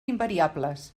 invariables